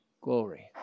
glory